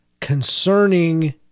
concerning